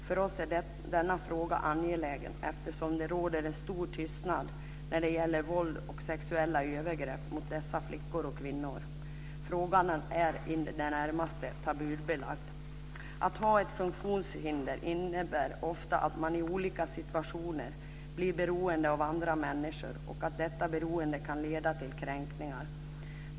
För oss är denna fråga angelägen eftersom det råder en stor tystnad när det gäller våld och sexuella övergrepp mot dessa flickor och kvinnor. Frågan är i det närmaste tabubelagd. Att ha ett funktionshinder innebär ofta att man i olika situationer blir beroende av andra människor och att detta beroende kan leda till kränkningar.